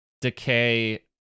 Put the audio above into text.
decay